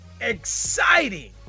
Exciting